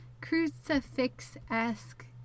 crucifix-esque